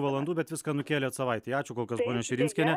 valandų bet viską nukėlėt savaitei ačiū kol kas ponia širinskiene